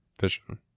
vision